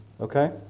okay